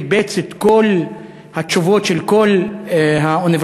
קיבץ את כל התשובות של כל האוניברסיטאות.